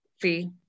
fee